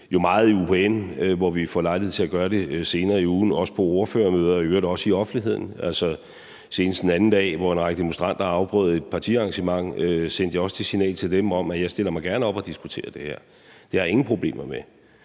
jo meget i FN , hvor vi får lejlighed til at gøre det senere på ugen, og også på ordførermøder og i øvrigt også i offentligheden. Senest her den anden dag, hvor en række demonstranter afbrød et partiarrangement, sendte jeg også et signal til dem om, at jeg gerne stiller mig op og diskuterer det her. Det har jeg ingen problemer med.